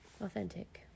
authentic